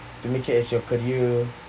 to make it as your career